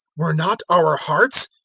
were not our hearts,